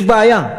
יש בעיה.